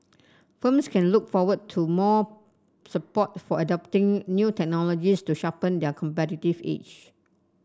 firms can look forward to more support for adopting new technologies to sharpen their competitive edge